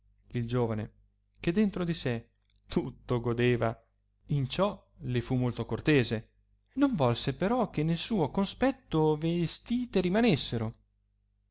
il giovane che dentro di sé tutto godeva in ciò le fu molto cortese non volse però che nel suo conspetto vestite rimanessero